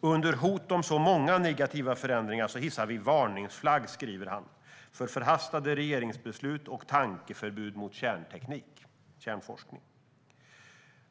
Under hot om så många negativa förändringar hissar vi varningsflagg, skriver han, för förhastade regeringsbeslut och tankeförbud mot kärnteknik och kärnforskning.